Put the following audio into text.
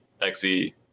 XE